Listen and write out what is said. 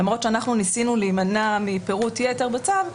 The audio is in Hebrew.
למרות שאנחנו ניסינו להימנע מפירוט יתר בצו,